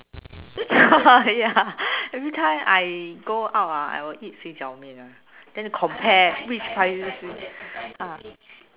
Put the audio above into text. ya every time I go out ah I will eat 水饺面：shui jiao mian [one] then compare which ah